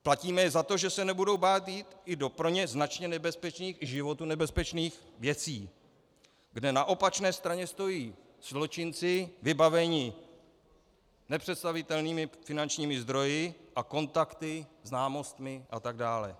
Platíme je za to, že se nebudou bát jít i do pro ně značně nebezpečných, i životu nebezpečných věcí, kde na opačné straně stojí zločinci vybavení nepředstavitelnými finančními zdroji a kontakty, známostmi a tak dále.